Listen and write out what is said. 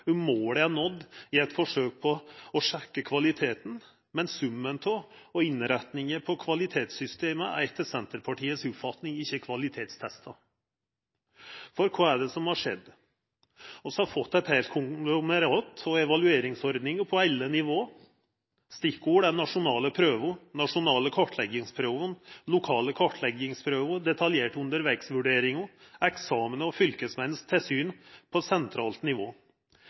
målet er nådd, i eit forsøk på å sjekka kvaliteten, men summen av og innretninga på kvalitetssystemet er etter Senterpartiets oppfatning ikkje kvalitetstesta. For kva er det som har skjedd? Vi har fått eit heilt konglomerat av evalueringsordningar på alle nivå. Stikkord er nasjonale prøver, nasjonale kartleggingsprøver, lokale kartleggingsprøver, detaljerte undervegsvurderingar, eksamen og Fylkesmannens tilsyn på sentralt nivå.